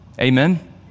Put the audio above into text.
Amen